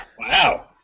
Wow